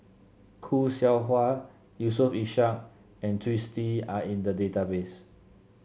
Khoo Seow Hwa Yusof Ishak and Twisstii are in the database